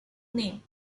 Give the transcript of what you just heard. name